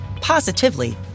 positively